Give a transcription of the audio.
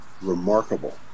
remarkable